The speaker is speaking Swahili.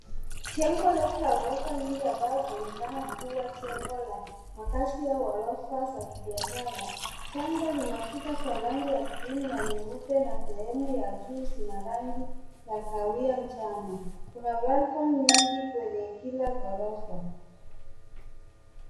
Jengo refu la ghorofa nyingi ambalo linaonekana kuwa jengo la makazi au ghorofa za kibiashara. Jengo lina kuta za rangi ya (cs)cream(cs) na nyeupe, na sehemuya juu ina rangi za kahawia. Kuna balkoni nyingi kwenye kila ghorofa.